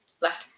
left